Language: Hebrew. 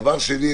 דבר שני,